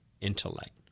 intellect